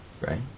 Right